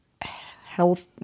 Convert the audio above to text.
health